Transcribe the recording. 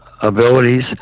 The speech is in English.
abilities